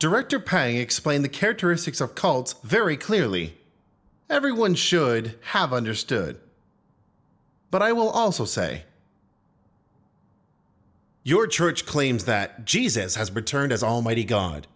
director prying explain the characteristics of cults very clearly everyone should have understood but i will also say your church claims that jesus has returned as almighty god